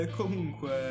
comunque